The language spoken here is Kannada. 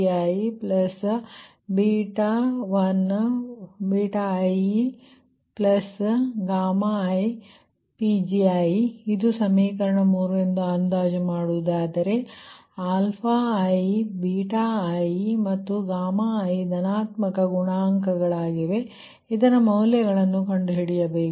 HiPgiiPgiiiPgi ಇದು ಸಮೀಕರಣ 3 ಎಂದು ಅಂದಾಜು ಮಾಡುವುದಾದರೆ ಅಲ್ಲಿ i i ಮತ್ತು i ಧನಾತ್ಮಕ ಗುಣಾಂಕಗಳಾಗಿವೆ ಇದರ ಮೌಲ್ಯವನ್ನು ಕಂಡುಹಿಡಿಯಬೇಕು